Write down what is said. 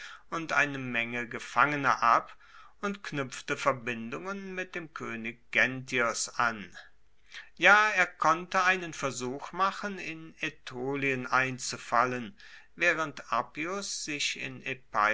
und eine menge gefangene ab und knuepfte verbindungen mit dem koenig genthios an ja er konnte einen versuch machen in aetolien einzufallen waehrend appius sich in